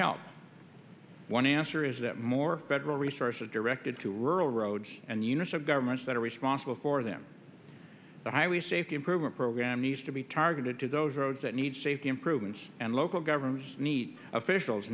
help one answer is that more federal resources directed to rural roads and units of governments that are responsible for them the highway safety improvement program needs to be targeted to those roads that need safety improvements and local governments need officials